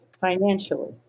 financially